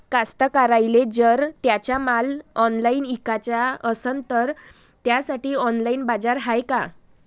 कास्तकाराइले जर त्यांचा माल ऑनलाइन इकाचा असन तर त्यासाठी ऑनलाइन बाजार हाय का?